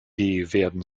werden